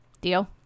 Deal